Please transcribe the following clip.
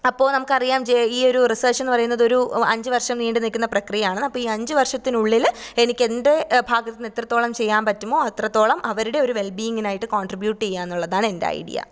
അപ്പോൾ നമുക്ക് അറിയാം ഈ ഒരു റിസേർച്ച് എന്ന് പറയുന്നത് ഒരു അഞ്ചുവർഷം നീണ്ടുനിൽക്കുന്ന പ്രകൃതിയാണ് അപ്പം ഈ അഞ്ചു വർഷത്തിനുള്ളിൽ എനിക്ക് എൻ്റെ ഭാഗത്തുനിന്ന് എത്രത്തോളം ചെയ്യാൻ പറ്റുമോ അത്രത്തോളം അവരുടെ ഒരു വെൽബീയിങ്ങിന് ആയിട്ട് കോൺട്രിബ്യൂട്ട് ചെയ്യുക എന്നുള്ളതാണ് എൻ്റെ അയ്ഡിയ